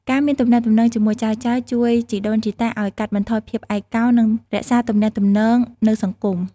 ការមានទំនាក់ទំនងជាមួយចៅៗជួយជីដូនជីតាឲ្យកាត់បន្ថយភាពឯកោ និងរក្សាទំនាក់ទំនងនៅសង្គម។